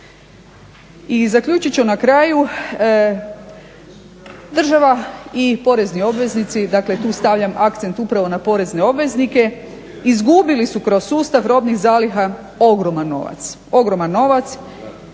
I zaključit ću na kraju, država i porezni obveznici dakle tu stavljam akcent upravo na porezne obveznike, izgubili su kroz sustav robnih zaliha ogroman novac